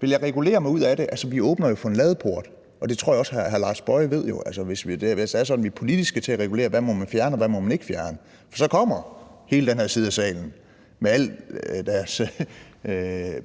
Vil jeg regulere mig ud af det? Altså, vi åbner jo for en ladeport, og det tror jeg også hr. Lars Boje Mathiesen ved. Hvis det er sådan, at vi skal til politisk at regulere, hvad man må fjerne, og hvad man ikke må fjerne, så kommer hele den her side af salen med al deres